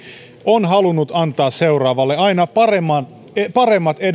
on halunnut antaa seuraavalle aina paremmat